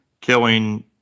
killing